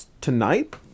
Tonight